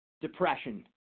depression